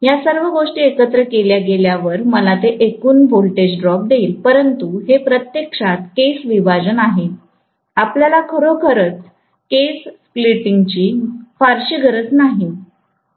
या सर्व गोष्टी एकत्र जोडल्या गेल्या वर मला ते एकूण व्होल्टेज ड्रॉप देईल परंतु हे प्रत्यक्षात केस विभाजन आहे आपल्याला खरोखर केस स्प्लिटिंगची फारशी गरज नाही